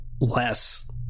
less